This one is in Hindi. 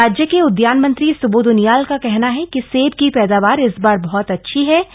राज्य के उदयान मंत्री सुबोध उनियाल का कहना है कि सेब की पैदावार इस बार बहत अच्छी हई है